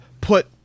put